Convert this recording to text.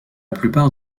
plupart